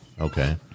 Okay